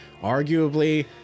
arguably